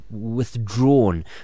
withdrawn